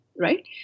right